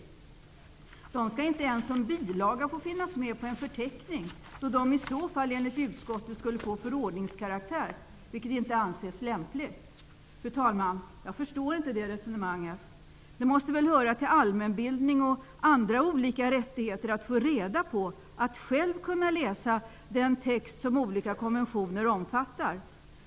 De skall inte ens få finnas med som bilaga på en förteckning då de i så fall, enligt utskottet, skulle få förordningskaraktär, vilket inte anses lämpligt. Fru talman! Jag förstår inte det resonemanget. Det måste väl höra till allmänbildningen och andra olika rättigheter att få reda på och att själv kunna läsa den text som olika konventioner omfattar.